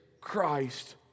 Christ